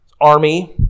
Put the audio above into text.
army